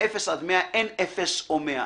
מאפס עד מאה, אין אפס או מאה.